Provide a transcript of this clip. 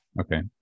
Okay